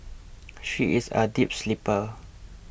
she is a deep sleeper